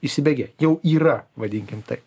įsibėgėja jau yra vadinkim taip